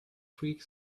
quick